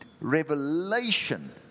revelation